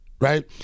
right